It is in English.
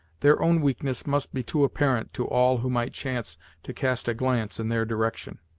their own weakness must be too apparent to all who might chance to cast a glance in their direction.